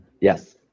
Yes